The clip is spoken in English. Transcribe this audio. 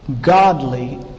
godly